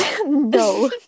No